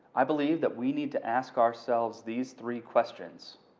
i believe that we need to ask ourselves these three questions.